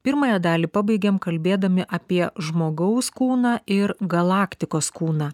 pirmąją dalį pabaigėm kalbėdami apie žmogaus kūną ir galaktikos kūną